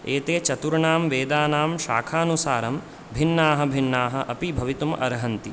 एते चतुर्णां वेदानां शाखानुसारं भिन्नाः भिन्नाः अपि भवितुम् अर्हन्ति